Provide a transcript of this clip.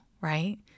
right